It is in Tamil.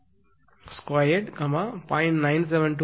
952 0